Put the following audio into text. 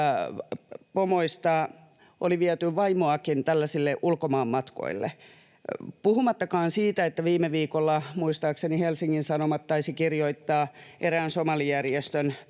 pomoista oli vienyt vaimoakin tällaisille ulkomaanmatkoille, puhumattakaan siitä, että viime viikolla, muistaakseni, Helsingin Sanomat taisi kirjoittaa erään somalijärjestön